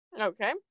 Okay